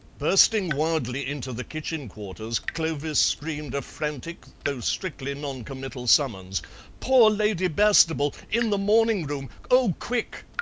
bursting wildly into the kitchen quarters, clovis screamed a frantic though strictly non-committal summons poor lady bastable! in the morning-room! oh, quick!